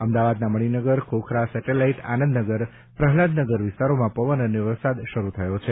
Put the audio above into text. અમદાવાદના મણિનગર ખોખરા સેટેલાઇટ આનંદનગર પ્રહલાદનગર વિસ્તારોમાં પવન અને વરસાદ શરૂ થયો છે